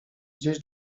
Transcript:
gdzieś